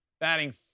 batting